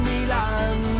Milan